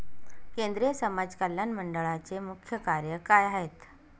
केंद्रिय समाज कल्याण मंडळाचे मुख्य कार्य काय आहे?